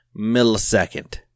millisecond